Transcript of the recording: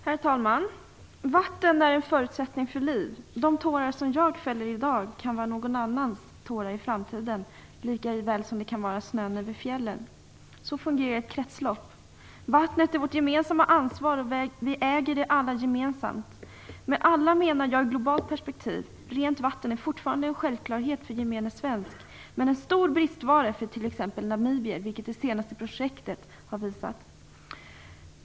Herr talman! Vatten är en förutsättning för liv. De tårar som jag fäller i dag kan vara någon annans tårar i framtiden, likaväl som de kan vara snön över fjället. Så fungerar ett kretslopp. Vattnet är vårt gemensamma ansvar. Vi äger det alla gemensamt. Med "alla" menar jag ett globalt perspektiv. Rent vatten är fortfarande en självklarhet för svensken i gemen men en stor bristvara för t.ex. namibier, vilket det senaste projektet har visat.